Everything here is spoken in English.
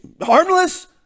harmless